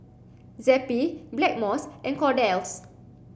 Zappy Blackmores and Kordel's